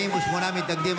48 מתנגדים.